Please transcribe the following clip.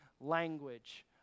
language